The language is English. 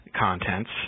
Contents